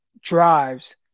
drives